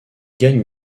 gagne